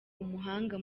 umuhanga